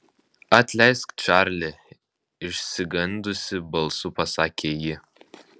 atleisk čarli išsigandusi balsu pasakė ji